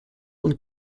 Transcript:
und